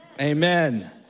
Amen